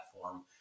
platform